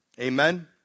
Amen